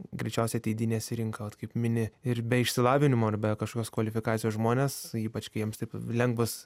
greičiausiai ateidinės į rinką vat kaip mini ir be išsilavinimo ir be kažkokios kvalifikacijos žmonės ypač kai jiems taip lengvas